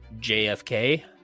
JFK